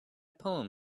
poem